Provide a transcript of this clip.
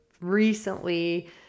recently